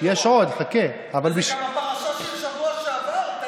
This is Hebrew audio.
לפי המלצות הרשות להגנת הטבע.